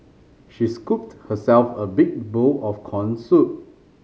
she scooped herself a big bowl of corn soup